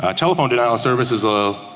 ah telephone denial service is ah